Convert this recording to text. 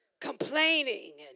complaining